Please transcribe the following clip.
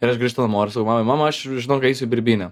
ir aš grįžtu namo ir sakau mamai mama aš žinok eisiu į birbynę